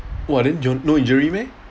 !wah! then you all no injury meh